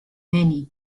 many